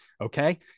Okay